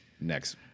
next